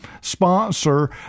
sponsor